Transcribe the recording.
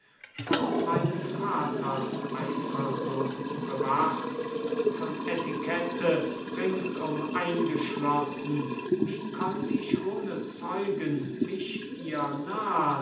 von meines vaters eifersucht bewacht von etikette ringsum eingeschlossen wie konnt ich ohne zeugen mich ihr nahn